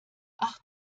ach